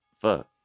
Fuck